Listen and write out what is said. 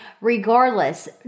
Regardless